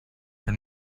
for